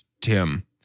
Tim